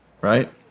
right